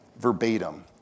verbatim